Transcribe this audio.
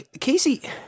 Casey